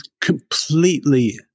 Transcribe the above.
completely